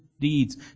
deeds